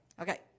Okay